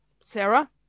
Sarah